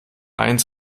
eins